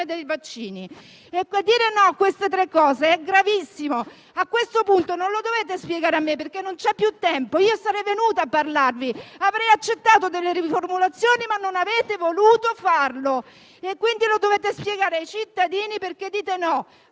dei vaccini. Dire "no" a queste tre cose è gravissimo. A questo punto non lo dovete spiegare a me, perché non c'è più tempo. Io sarei venuta a parlarvi e avrei accettato delle riformulazioni; ma non avete voluto farlo. Dovete quindi spiegare ai cittadini perché dite "no"